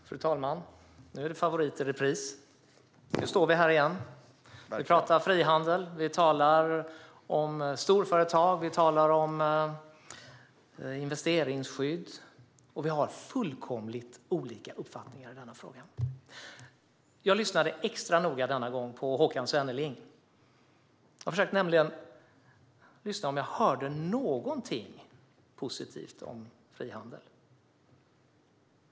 Fru talman! Nu är det favorit i repris. Nu står vi här igen och talar om frihandel. Vi talar om storföretag och investeringsskydd, och vi har fullkomligt olika uppfattningar i denna fråga. Jag lyssnade extra noga på Håkan Svenneling denna gång. Jag försökte nämligen lyssna om jag hörde något positivt om frihandel.